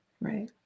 Right